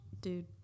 Dude